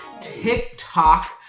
TikTok